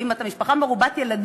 ואם אתה ממשפחה מרובת ילדים,